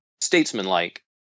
statesmanlike